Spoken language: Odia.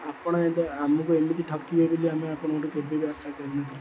ଆପଣ ଏବେ ଆମକୁ ଏମିତି ଠକିବେ ବୋଲି ଆମେ ଆପଣଙ୍କଠୁ କେବେ ବି ଆଶା କରିନଥିଲୁ